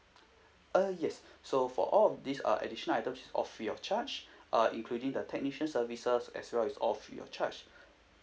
uh yes so for all of these uh additional items is all free of charge uh including the technician services as well it's all free of charge